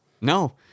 No